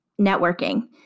networking